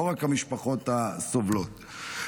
לא רק המשפחות הסובלות.